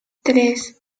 tres